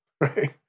right